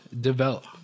develop